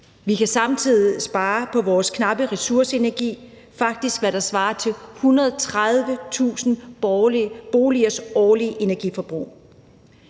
vi kan samtidig spare på vores knappe energiressource, faktisk hvad der svarer til 130.000 boligers årlige energiforbrug.